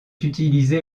utilisé